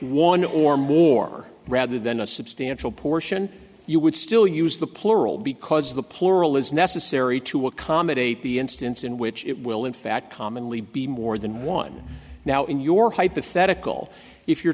one or more rather than a substantial portion you would still use the plural because the plural is necessary to accommodate the instance in which it will in fact commonly be more than one now in your hypothetical if you're